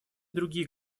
другие